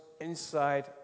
inside